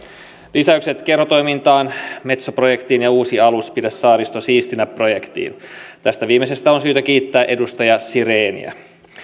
lisäykset kerhotoimintaan ja metso projektiin ja uusi alus pidä saaristo siistinä projektiin tästä viimeisestä on syytä kiittää edustaja sireniä